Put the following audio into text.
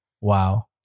Wow